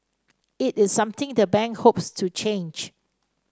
it is something the bank hopes to change